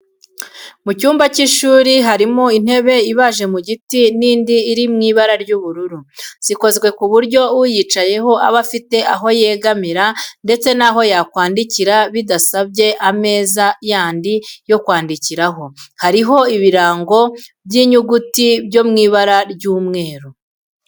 Mu cyumba cy'ishuri harimo intebe ibaje mu giti n'indi iri mu ibara ry'ubururu, zikozwe ku buryo uyicayeho aba afite aho yegamira ndetse n'aho kwandikira bidasabye ameza yandi yo kwandikiraho, hariho ibirango by'inyuguti byo mw'ibara ry'umweru.